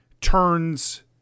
turns